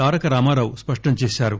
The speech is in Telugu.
తారక రామారావు స్పష్టం చేసారు